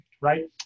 right